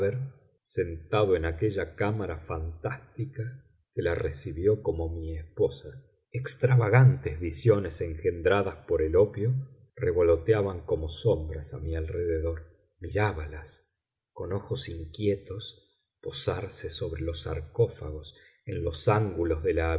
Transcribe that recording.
sentado en aquella cámara fantástica que la recibió como mi esposa extravagantes visiones engendradas por el opio revoloteaban como sombras a mi alrededor mirábalas con ojos inquietos posarse sobre los sarcófagos en los ángulos de la